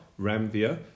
RAMVIA